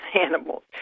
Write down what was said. animals